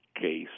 case